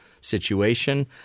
situation